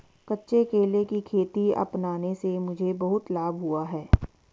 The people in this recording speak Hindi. कच्चे केले की खेती अपनाने से मुझे बहुत लाभ हुआ है